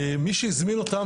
ומי שהזמין אותם,